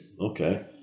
okay